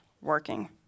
working